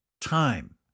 time